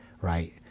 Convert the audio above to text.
right